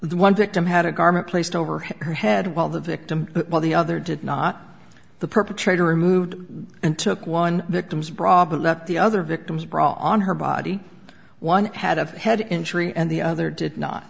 the one victim had a garment placed over her head while the victim while the other did not the perpetrator removed and took one victim's brought up the other victims brought on her body one had a head injury and the other did not